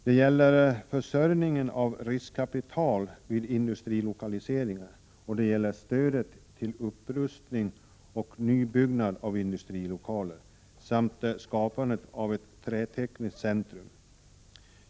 Det gäller försörjningen av riskkapital vid industrilokaliseringar, stödet till upprustning och nybyggnad av industrilokaler samt skapandet av ett trätekniskt centrum.